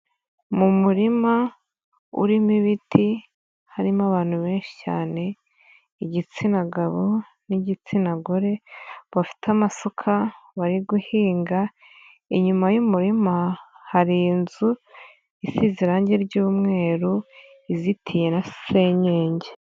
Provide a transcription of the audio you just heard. Mu murima urimo ibiti, harimo abantu benshi cyane, igitsina gabo n'igitsina gore bafite amasuka bari guhinga, inyuma y'umurima hari inzu isize irange ry'umweru izitira na senyenge.